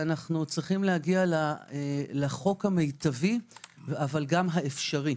שאנו צריכים להגיע לחוק המיטבי, אבל גם האפשרי.